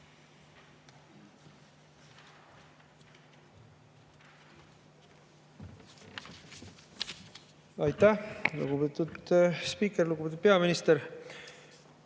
Aitäh, lugupeetud spiiker! Lugupeetud peaminister!